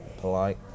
polite